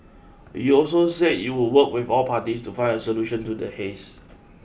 it also said it would work with all parties to find a solution to the haze